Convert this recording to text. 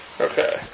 Okay